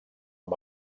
amb